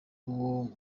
uwo